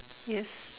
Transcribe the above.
yes